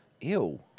Ew